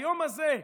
היום הזה,